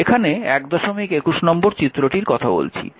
এখানে 121 নম্বর চিত্রটির কথা বলছি